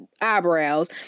eyebrows